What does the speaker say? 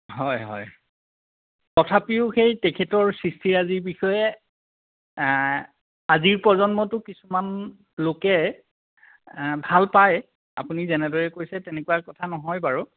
হয় হয়